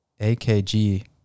AKG